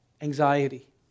anxiety